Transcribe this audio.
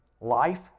life